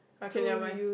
okay never mind